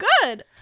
good